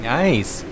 nice